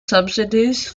subsidies